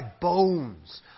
bones